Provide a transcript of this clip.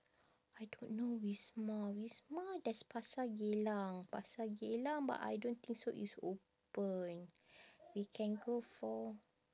I don't know wisma wisma there's pasar geylang pasar geylang but I don't think so it's open we can go for